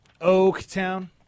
Oaktown